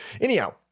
Anyhow